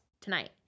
tonight